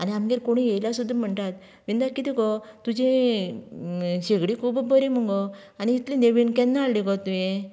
आनी आमगेर कोणी येयल्यार सुद्दां म्हणटात विंदा कितें गो तुजी शेगडी खूब बरी मुगो आनी इतली नेवीन केन्ना हाडली गो तुयें